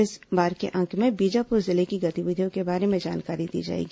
इस बार के अंक में बीजापुर जिले की गतिविधियों के बारे में जानकारी दी जाएगी